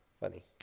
Funny